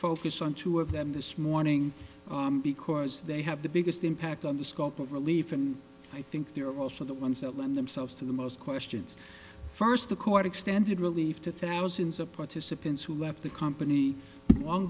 focus on two of them this morning because they have the biggest impact on the scope of relief and i think they're also the ones that lend themselves to the most questions first the court extended relief to thousands of participants who left the company long